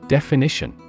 Definition